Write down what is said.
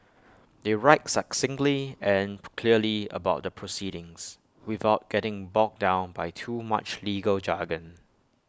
they write succinctly and clearly about the proceedings without getting bogged down by too much legal jargon